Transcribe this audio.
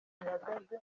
zihagaze